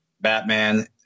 Batman